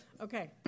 Okay